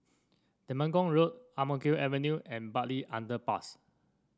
Temenggong Road Ang Mo Kio Avenue and Bartley Underpass